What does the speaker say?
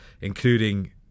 including